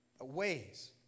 ways